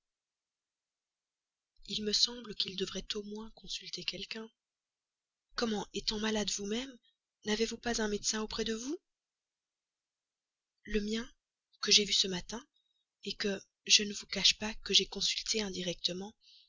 il me semble qu'il devrait au moins consulter quelqu'un comment étant malade vous-même n'avez-vous pas un médecin auprès de vous le mien que j'ai vu ce matin que je ne vous cache pas que j'ai consulté indirectement